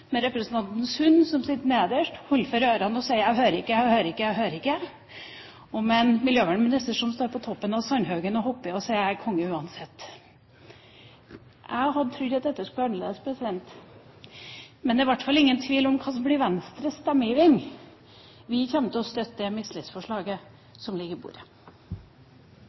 med representanten Sund som sitter nederst, holder for ørene og sier: Jeg hører ikke, jeg hører ikke, jeg hører ikke, og med en miljøvernminister som står på toppen av sandhaugen og hopper, og sier: Jeg er konge, uansett. Jeg hadde trodd at dette skulle vært annerledes. Men det er i hvert fall ingen tvil om hva som blir Venstres stemmegivning. Vi kommer til å støtte det mistillitsforslaget som ligger på bordet.